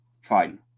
fine